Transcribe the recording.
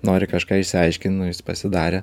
nori kažką išsiaiškint nu jis pasidarė